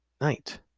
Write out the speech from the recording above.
night